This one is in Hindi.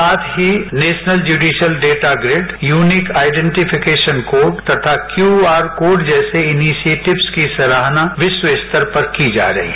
साथ ही national judicial data grid unique identification code तथा क्यू आर कोर्ट जैसे इनिशियेटिव्स की सराहना विश्व स्तर पर की जा रही है